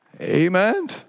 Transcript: Amen